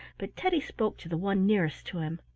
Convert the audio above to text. but teddy spoke to the one nearest to him.